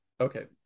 Okay